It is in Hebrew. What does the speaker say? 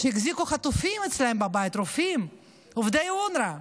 שהחזיקו חטופים אצלם בבית, ורופאים עובדי אונר"א.